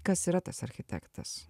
kas yra tas architektas